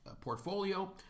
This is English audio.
portfolio